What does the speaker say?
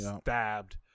stabbed